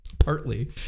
partly